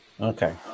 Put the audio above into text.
Okay